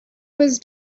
was